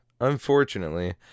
unfortunately